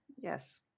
yes